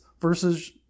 versus